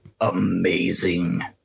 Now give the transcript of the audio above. amazing